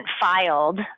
filed